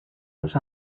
los